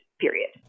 period